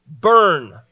burn